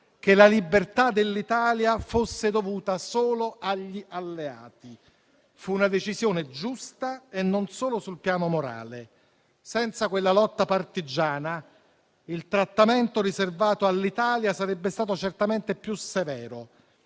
che la libertà dell'Italia fosse dovuta solo agli alleati. Fu una decisione giusta e non solo sul piano morale. Senza quella lotta partigiana, il trattamento riservato all'Italia sarebbe stato certamente più severo.